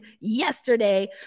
yesterday